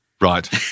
Right